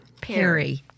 Perry